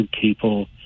people